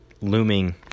looming